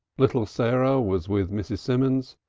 little sarah was with mrs. simons,